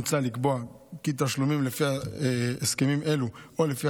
מוצע לקבוע כי תשלומים לפי הסכמים אלו או לפי